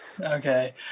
Okay